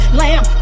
lamb